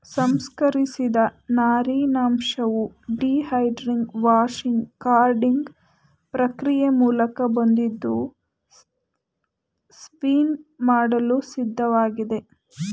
ಸಂಸ್ಕರಿಸಿದ ನಾರಿನಂಶವು dehairing washing carding ಪ್ರಕ್ರಿಯೆ ಮೂಲಕ ಬಂದಿದ್ದು ಸ್ಪಿನ್ ಮಾಡಲು ಸಿದ್ಧವಾಗಿದೆ